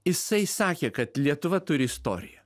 jisai sakė kad lietuva turi istoriją